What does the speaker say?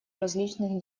различных